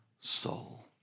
soul